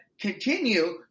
continue